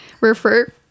refer